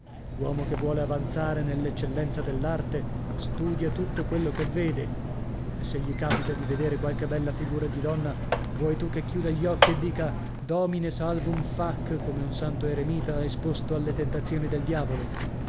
l'uomo che vuole avanzare nell'eccellenza dell'arte studia tutto quello che vede e se gli capita di vedere qualche bella figura di donna vuoi tu che chiuda gli occhi e dica domine salvum fac come un santo eremita esposto alle tentazioni del diavolo